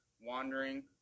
wandering